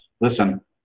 listen